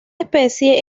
especie